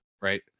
Right